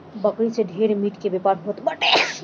बकरी से ढेर मीट के व्यापार होत बाटे